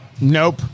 Nope